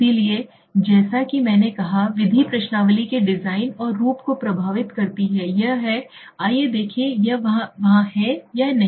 इसलिए जैसा कि मैंने कहा विधि प्रश्नावली के डिजाइन और रूप को प्रभावित करती है यह है आइए देखें कि यह वहां है या नहीं